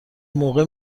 موقع